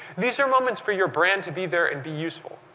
these are moments for your brand to be there and be useful.